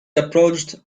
approached